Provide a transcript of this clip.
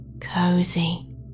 cozy